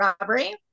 robbery